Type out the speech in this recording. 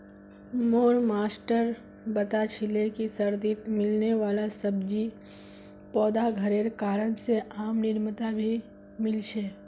मोर मास्टर बता छीले कि सर्दित मिलने वाला सब्जि पौधा घरेर कारण से आब गर्मित भी मिल छे